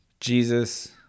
Jesus